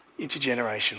intergenerational